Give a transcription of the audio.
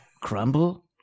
crumble